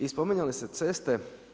I spominjali ste ceste.